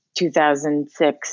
2006